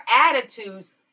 attitudes